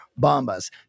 Bombas